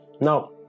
now